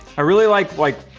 i really like like